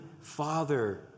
Father